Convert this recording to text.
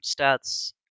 stats